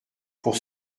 pour